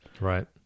Right